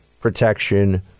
protection